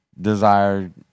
desired